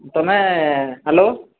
ତମେ ହ୍ୟାଲୋ